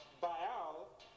Baal